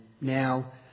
now